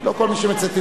לא כל מי שמצטטים.